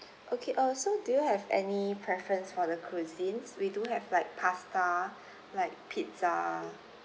okay uh so do you have any preference for the cuisines we do have like pasta like pizza